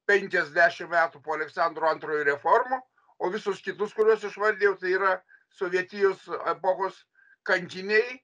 penkiasdešim metų po aleksandro antrojo reformų o visus kitus kuriuos išvardijau tai yra sovietijos epochos kankiniai